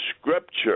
Scripture